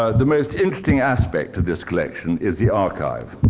ah the most interesting aspect of this collection is the archive.